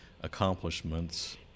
accomplishments